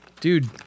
Dude